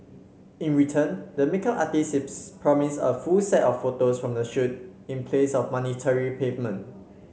in return the makeup promised a full set of photos from the shoot in place of monetary payment